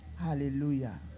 Hallelujah